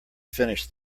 finish